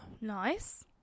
nice